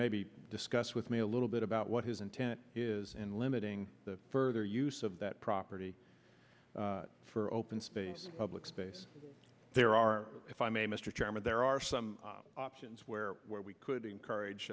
maybe discuss with me a little bit about what his intent is in limiting the further use of that property for open space public space there are if i may mr chairman there are some options where we could encourage